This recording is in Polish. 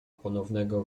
ponownego